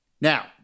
Now